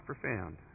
profound